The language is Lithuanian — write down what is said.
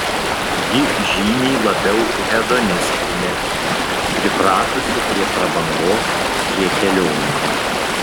ji žymiai labiau hedonistinė pripratusi prie prabangos prie kelionių